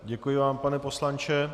Děkuji vám, pane poslanče.